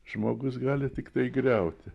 žmogus gali tiktai griauti